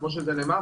כמו שזה נאמר,